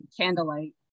candlelight